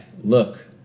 look